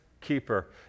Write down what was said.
keeper